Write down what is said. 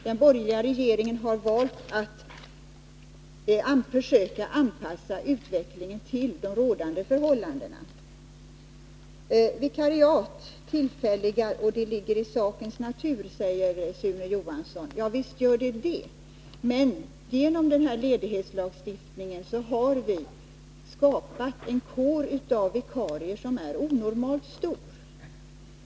Den borgerliga regeringen har valt att försöka anpassa utvecklingen till de rådande förhållandena. Det ligger i sakens natur, säger Sune Johansson, att man tillämpar ett system med tillfälliga vikariat. Ja visst, men genom den nuvarande ledighetslagstiftningen har vi skapat en onormalt stor kår av vikarier.